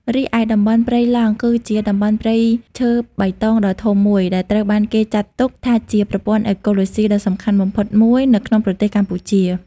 រីឯតំបន់ព្រៃឡង់ គឺជា តំបន់ព្រៃឈើបៃតងដ៏ធំមួយ ដែលត្រូវបានគេចាត់ទុកថាជាប្រព័ន្ធអេកូឡូស៊ីដ៏សំខាន់បំផុតមួយនៅក្នុងប្រទេសកម្ពុជា។